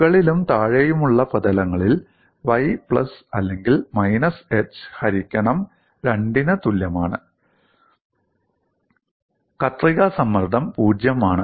മുകളിലും താഴെയുമുള്ള പ്രതലങ്ങളിൽ y പ്ലസ് അല്ലെങ്കിൽ മൈനസ് h ഹരിക്കണം 2 ന് തുല്യമാണ് കത്രിക സമ്മർദ്ദം 0 ആണ്